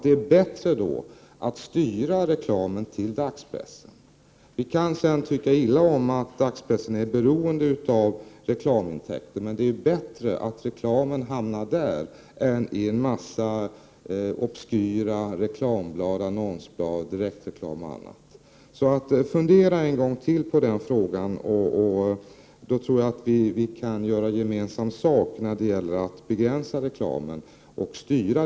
Det är bättre att styra reklamen till dagspressen. Sedan kan vi tycka illa om att dagspressen är beroende av reklamintäkter, men det är ju bättre att reklamen hamnar där än i en massa obskyra reklamblad och annonsblad, i direktreklam osv. Fundera alltså en gång till på den frågan! Då tror jag att vi kan göra . gemensam sak när det gäller att begränsa reklamen.